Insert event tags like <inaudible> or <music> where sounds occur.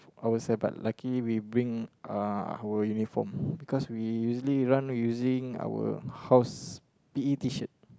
ourself but luckily we bring uh our uniform <breath> because we usually run using our house p_e t-shirt